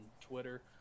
Twitter